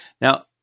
Now